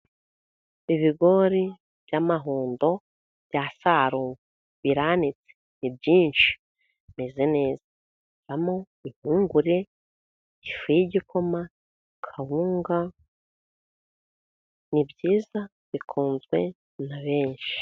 Ibigori by'amahundo byasaruwe, biranitse ni byinshi bimeze neza, bivamo impungure, ifu y'igikoma, kawunga ni byiza bikunzwe na benshi.